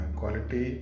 quality